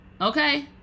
Okay